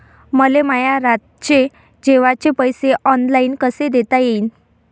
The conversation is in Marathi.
मले माया रातचे जेवाचे पैसे ऑनलाईन कसे देता येईन?